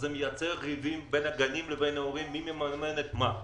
זה מייצר מריבות בין הגנים לבין ההורים לגבי מי שמממן את מה.